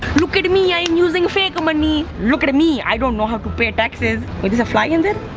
look at me. i am using fake um and money. look at me. i don't know how to pay taxes. wait, there's a fly in